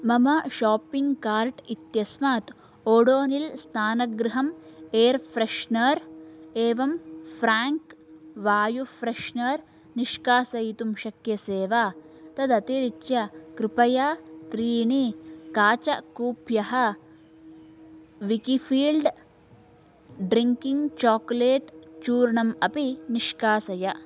मम shopping cart इत्यस्मात् Odonil स्नानगृहं एर्फेश्नर् एवं फ़्राङ्क् वायु र्फेश्नर् निष्काशयितुं शक्यसे वा तदतिरिच्य कृपया त्रीणि काचकूप्यः विकिफ़ील्ड् ड्रिङ्किङ्ग् चाक्लेट् चूर्णम् अपि निष्कासय